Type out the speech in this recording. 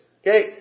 okay